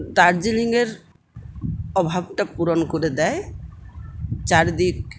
দার্জিলিংয়ের অভাবটা পূরণ করে দেয় চারদিক